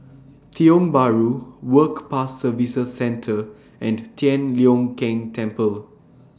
Tiong Bahru Work Pass Services Centre and Tian Leong Keng Temple